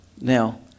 now